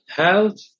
health